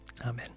Amen